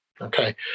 okay